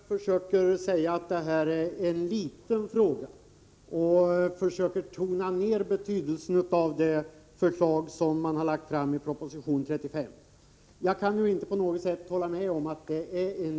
Herr talman! Lennart Pettersson vill få det här att framstå som en liten fråga. Han försöker tona ned betydelsen av det förslag som presenterats i proposition 35. Jag kan alls inte hålla med Lennart Pettersson.